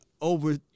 over